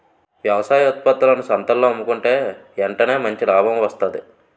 వ్యవసాయ ఉత్త్పత్తులను సంతల్లో అమ్ముకుంటే ఎంటనే మంచి లాభం వస్తాది